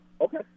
Okay